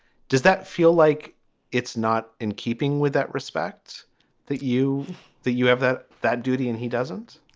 does that feel like it's not in keeping with that respect that you that you have that that duty and he doesn't?